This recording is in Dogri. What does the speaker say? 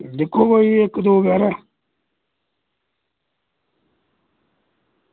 दिक्खो कोई इक्क दौ बजे हारे